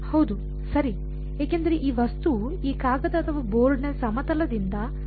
ಹೌದು ಸರಿ ಏಕೆಂದರೆ ಈ ವಸ್ತುವು ಈ ಕಾಗದ ಅಥವಾ ಬೋರ್ಡ್ನ ಸಮತಲದಿಂದ ಅನಂತವಾಗಿ ವಿಸ್ತರಿಸುತ್ತದೆ